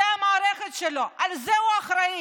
זה המערכת שלו, על זה הוא אחראי.